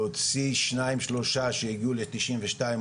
להוציא שניים שלושה שהגיעו לתשעים ושניים